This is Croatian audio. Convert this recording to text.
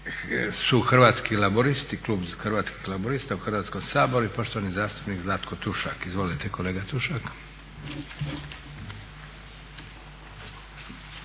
su Hrvatski laburisti, klub Hrvatskih laburista u Hrvatskom saboru i poštovani zastupnik Zlatko Tušak. Izvolite kolega Tušak.